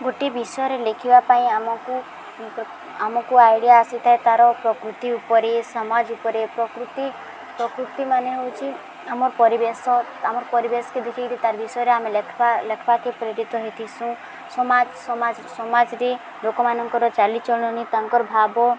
ଗୋଟିଏ ବିଷୟରେ ଲେଖିବା ପାଇଁ ଆମକୁ ଆମକୁ ଆଇଡ଼ିଆ ଆସିଥାଏ ତାର ପ୍ରକୃତି ଉପରେ ସମାଜ ଉପରେ ପ୍ରକୃତି ପ୍ରକୃତି ମାନେ ହଉଛି ଆମର ପରିବେଶ ଆମର ପରିବେଶକେ ଦେଖିକିରି ତା ବିଷୟରେ ଆମେ ଲେଖ ଲେଖବାକେ ପ୍ରେରିତ ହେଇଥିସୁଁ ସମାଜ ସମାଜ ସମାଜରେ ଲୋକମାନଙ୍କର ଚାଲିଚଳଣି ତାଙ୍କର ଭାବ